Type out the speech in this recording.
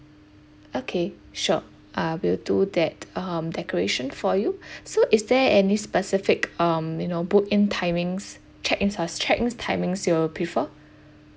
okay sure uh we'll do that um decoration for you so is there any specific um you know book in timings check-in uh check-in timings you prefer